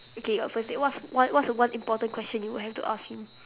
okay your first date what's one what's the one important question you have to ask him